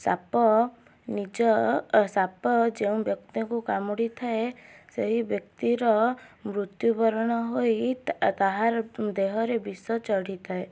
ସାପ ନିଜ ସାପ ଯେଉଁ ବ୍ୟକ୍ତିଙ୍କୁ କାମୁଡି ଥାଏ ସେହି ବ୍ୟକ୍ତିର ମୃତ୍ୟୁବରଣ ହୋଇ ତା ତାହା ଦେହରେ ବିଷ ଚଢ଼ିଥାଏ